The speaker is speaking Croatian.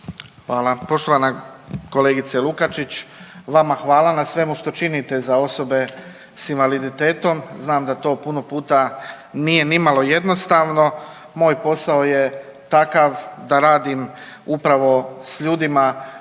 Hvala poštovana kolegice Lukačić. Vama hvala na svemu što činite za osobe sa invaliditetom. Znam da to puno puta nije ni malo jednostavno. Moj posao je takav da radim upravo sa ljudima